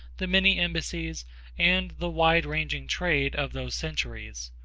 the many embassies and the wide-ranging trade of those centuries.